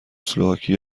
اسلواکی